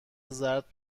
زرد